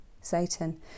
Satan